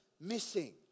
missing